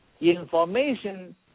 information